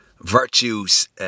virtues